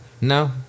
No